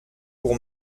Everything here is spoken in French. pour